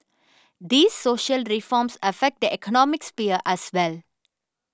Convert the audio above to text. these social reforms affect the economic sphere as well